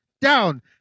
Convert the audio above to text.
down